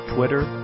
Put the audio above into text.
Twitter